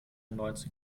neunzig